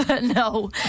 No